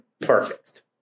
perfect